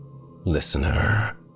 listener